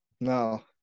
No